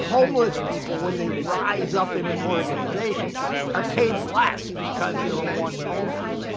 homeless people, when they rise up in an organization are paid less because they were once homeless,